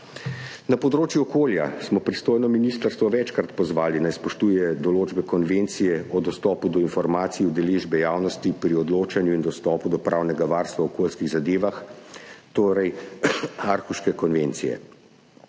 Na področju okolja smo pristojno ministrstvo večkrat pozvali, naj spoštuje določbe Konvencije o dostopu do informacij, udeležbi javnosti pri odločanju in dostopu do pravnega varstva v okoljskih zadevah, torej Aarhuške konvencije.